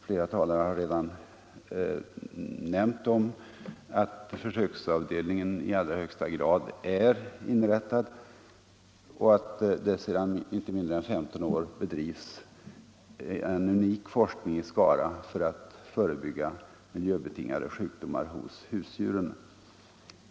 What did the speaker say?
Flera talare har redan nämnt att försöksavdelningen i allra högsta grad är inrättad och att det sedan inte mindre än 15 år bedrivs en unik forskning i Skara för att förebygga miljöbetingade sjukdomar hos husdjur.